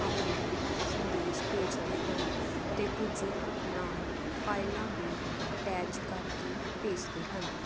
ਆਪਣੇ ਸੰਦੇਸ਼ ਭੇਜਦੇ ਹਨ ਅਤੇ ਕੁਝ ਨਾਲ ਫਾਈਲਾਂ ਵੀ ਅਟੈਚ ਕਰਕੇ ਭੇਜਦੇ ਹਨ